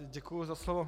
Děkuji za slovo.